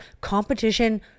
Competition